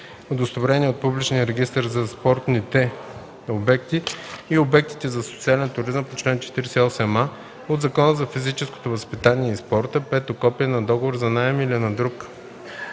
удостоверение от публичния регистър на спортните обекти и обектите за социален туризъм по чл. 48а от Закона за физическото възпитание и спорта; 5. копие на договор за наем или на друг